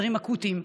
חדרים אקוטיים,